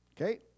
Okay